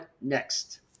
next